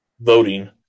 voting